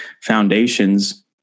foundations